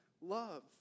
love